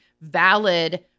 valid